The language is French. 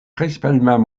principalement